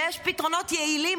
יש פתרונות יעילים.